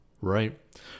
right